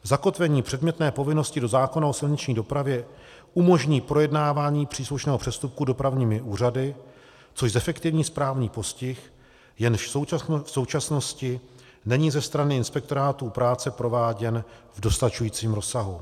Zakotvení předmětné povinnosti do zákona o silniční dopravě umožní projednávání příslušného přestupku dopravními úřady, což zefektivní správní postih, jenž v současnosti není ze strany inspektorátů práce prováděn v dostačujícím rozsahu.